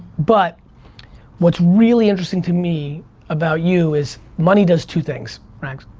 but what's really interesting to me about you is money does two things, raks,